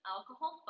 Alcohol